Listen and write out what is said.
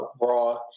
raw